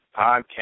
podcast